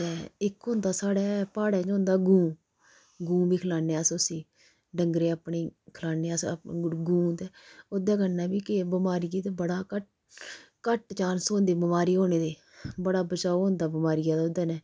ते इक होंदा साढ़ै प्हाड़ै च होंदा गूं गूं बी खलान्ने अस उसी डंगरें अपने गी खलान्ने अस अपना गूं ते ओह्दे कन्नै बी केईं बमारियां ते बड़ा घट्ट घट्ट चांस होंदे बमारी होने दे बड़ा बचाओ होंदा बमारिया दा ओह्दे कन्नै